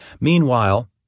Meanwhile